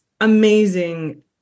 amazing